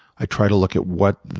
i try to look at what,